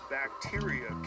bacteria